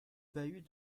bahuts